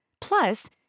Plus